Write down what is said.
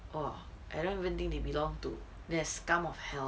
!wah! I don't even think they belong to they are scum of hell leh